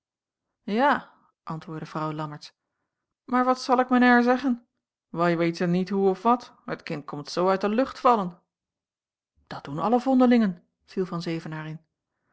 ja antwoordde vrouw lammertsz maar wat zal ik men haier zeggen wai weiten niet hoe of wat het kind komt zoo uit de lucht vallen dat doen alle vondelingen viel van zevenaer